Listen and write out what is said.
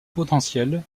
potentiel